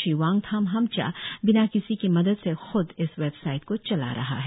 श्री वांगथाम हमचा बिना किसी के मदद से ख्द इस वेबसाईट को चला रहा है